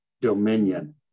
dominion